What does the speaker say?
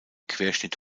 querschnitt